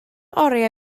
oriau